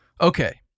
Okay